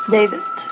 David